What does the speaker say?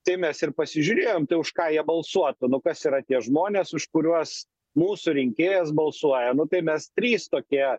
tai mes ir pasižiūrėjom už ką jie balsuotų nu kas yra tie žmonės už kuriuos mūsų rinkėjas balsuoja nu tai mes trys tokie